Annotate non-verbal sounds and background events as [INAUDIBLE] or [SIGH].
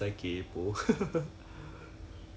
[LAUGHS]